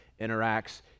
interacts